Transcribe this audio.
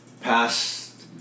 past